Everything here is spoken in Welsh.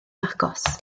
agos